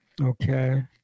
Okay